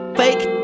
fake